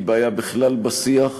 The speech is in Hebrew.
היא בעיה בכלל בשיח,